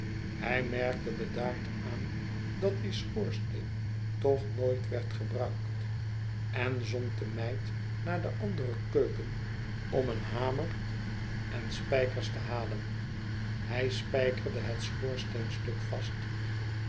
hij merkte bedaard aan dat die schoorsteen toch nooit werd gebruikt en zond de meid naar de andere keuken om een hamer en spijkers